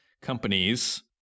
companies